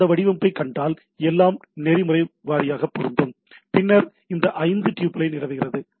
அது வடிவமைப்பைக் கண்டால் எல்லாம் நெறிமுறை வாரியாக பொருந்தும் பின்னர் இந்த 5 டுப்பிளை நிறுவுகிறது